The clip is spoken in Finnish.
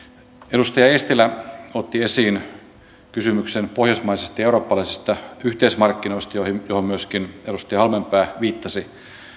edustaja eestilä otti esiin kysymyksen pohjoismaisista ja eurooppalaisista yhteismarkkinoista joihin myöskin edustaja halmeenpää viittasi